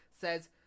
says